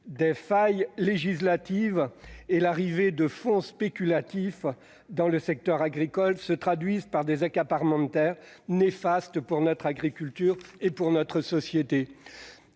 de failles législatives et l'arrivée de fonds spéculatifs dans le secteur agricole se traduisent par des accaparements de terres néfastes pour notre agriculture et pour notre société.